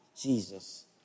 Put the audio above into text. Jesus